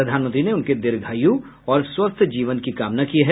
प्रधानमंत्री ने उनके दीर्घायु और स्वस्थ जीवन की कामना की है